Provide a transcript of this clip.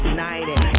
United